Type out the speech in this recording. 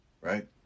right